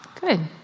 Good